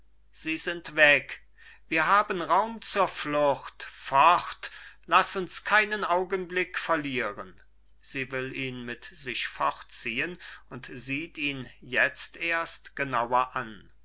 sie sind weg wir haben raum zur flucht fort laß uns keinen augenblick verlieren sie will ihn mit sich fortziehen und sieht ihn jetzt erst genau an